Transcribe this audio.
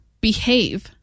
behave